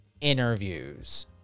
interviews